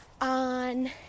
on